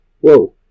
Whoa